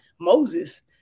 moses